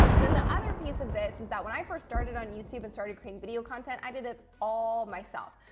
and then the other piece of this is that when i first started on youtube and started creating video content, i did it all myself.